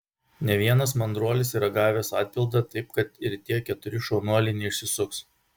ne vienas mandruolis yra gavęs atpildą taip kad ir tie keturi šaunuoliai neišsisuks